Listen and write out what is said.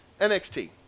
NXT